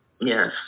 yes